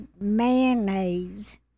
mayonnaise